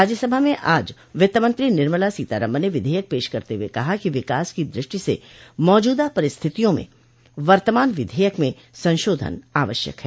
राज्यसभा में आज वित्तमंत्री निर्मला सीतारामन ने विधेयक पेश करते हुये कहा कि विकास की दुष्टि से मौजूदा परिस्थितियों में वर्तमान विधेयक में संशोधन आवश्यक है